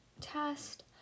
test